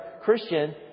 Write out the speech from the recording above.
Christian